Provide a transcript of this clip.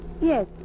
Yes